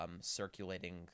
circulating